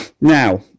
now